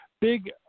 big